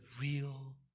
real